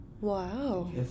wow